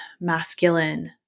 masculine